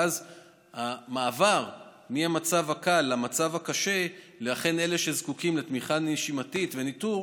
ואז המעבר ממצב קל למצב קשה של אלה שאכן זקוקים לתמיכה נשימתית וניטור